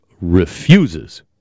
refuses